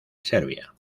serbia